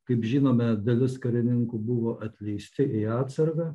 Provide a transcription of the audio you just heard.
kaip žinome dalis karininkų buvo atleisti į atsargą